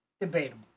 Debatable